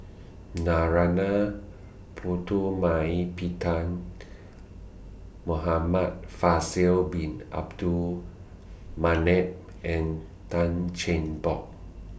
Narana Putumaippittan Muhamad Faisal Bin Abdul Manap and Tan Cheng Bock